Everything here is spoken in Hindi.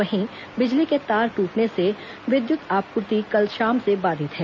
वहीं बिजली के तार ट्रटने से विद्युत आपूर्ति कल शाम से बाधित है